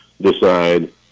decide